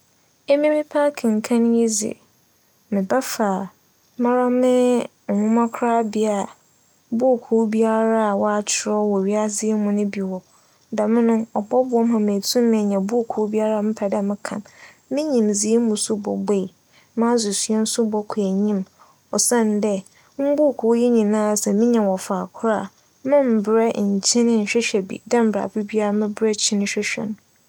Emi mepɛ akenkan yi dze, mebɛfa mara mo nwoma korabea a buukuu biara wͻakyerɛw no wͻ wiadze yi bi wͻ mu. Dɛm no, ͻbͻboa me ma neenya buukuu biara mepɛ dɛ mekan. Me nyimdzee mu so bobue, m'adzesua so bͻkͻ enyim osiandɛ mbuukuu yi nyinara sɛ me nya no wͻ faakor a, memmbrɛ nnkyin nnhwehwɛ bi dɛ mbrɛ aber biara me brɛ kyin hwehwɛ no.